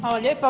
Hvala lijepa.